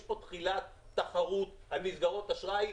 יש כאן תחילת תחרות על מסגרות אשראי.